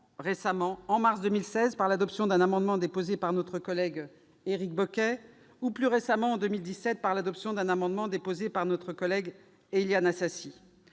le cas en mars 2016, avec l'adoption d'un amendement déposé par notre collègue Éric Bocquet, ou encore plus récemment, en 2017, avec l'adoption d'un amendement proposé par notre collègue Éliane Assassi.